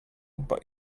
but